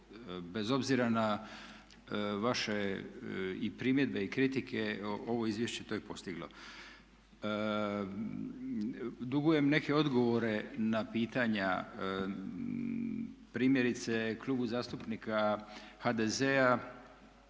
bez obzira na vaše i primjedbe i kritike ovo izvješće to i postiglo. Dugujem neke odgovore na pitanja primjerice Klubu zastupnika HDZ-a.